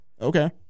Okay